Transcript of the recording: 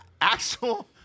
actual